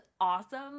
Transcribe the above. awesome